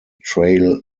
trail